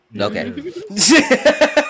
Okay